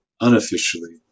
unofficially